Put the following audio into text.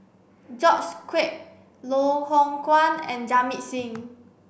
George Quek Loh Hoong Kwan and Jamit Singh